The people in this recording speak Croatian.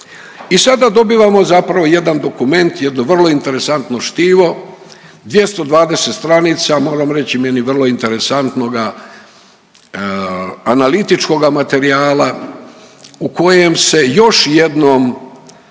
I sada dobivamo zapravo jedan dokument, jedno vrlo interesantno štivo, 220 stranica moram reći meni vrlo interesantnoga analitičkoga materijala u kojem se još jednom,